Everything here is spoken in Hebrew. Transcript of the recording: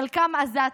חלקם עזתים".